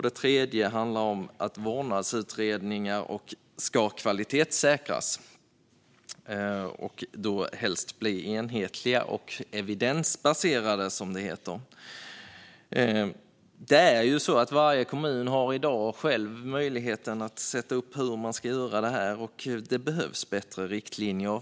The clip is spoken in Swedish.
Det tredje handlar om att vårdnadsutredningar ska kvalitetssäkras och då helst bli enhetliga och evidensbaserade, som det heter. Varje kommun har i dag själv möjlighet att sätta upp hur man ska göra detta. Det behövs bättre riktlinjer.